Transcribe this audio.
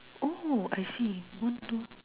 oh I see one two